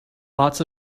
lots